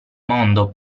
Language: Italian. mondo